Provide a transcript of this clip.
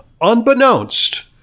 unbeknownst